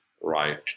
right